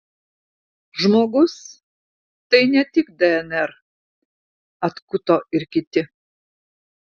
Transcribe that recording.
žmogus tai ne tik dnr atkuto ir kiti